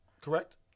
Correct